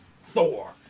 Thor